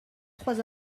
trois